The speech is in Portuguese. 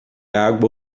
água